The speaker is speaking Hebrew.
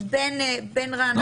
בין רעננה ובין קיסריה,